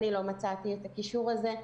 אני לא מצאתי את הקישור הזה,